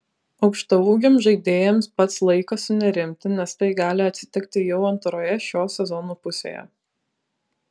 aukštaūgiams žaidėjams pats laikas sunerimti nes tai gali atsitikti jau antroje šio sezono pusėje